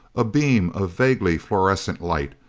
a beam of vaguely fluorescent light.